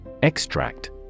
Extract